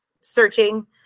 searching